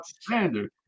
standard